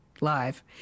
live